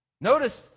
Notice